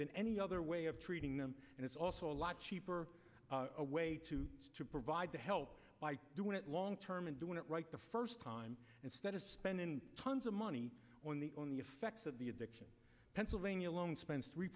than any other way of treating them and it's also a lot cheaper a way to provide the help by doing it long term and doing it right the first time instead of spending tons of money on the on the effects of the addiction pennsylvania alone spent three